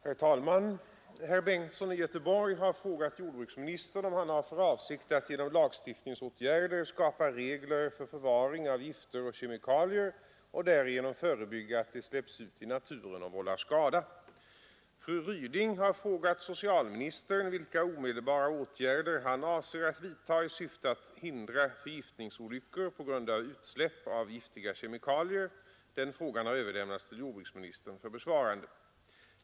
Herr talman! Herr Bengtsson i Göteborg har frågat jordbruksministern, om han har för avsikt att genom lagstiftningsåtgärder skapa regler för förvaring av gifter och kemikalier och därigenom förebygga att de släpps ut i naturen och vållar skada. Fru Ryding har frågat socialministern vilka omedelbara åtgärder han avser att vidta i syfte att hindra förgiftningsolyckor på grund av utsläpp av giftiga kemikalier. Denna fråga har överlämnats till jordbruksministern för besvarande.